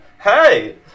Hey